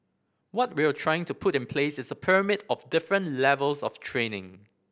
what we're trying to put in place is a pyramid of different levels of training